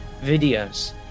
videos